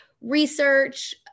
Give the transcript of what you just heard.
research